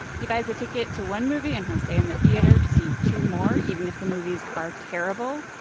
he buys a ticket to one movie, and he'll stay in the theater to see two more even if the movies are terrible.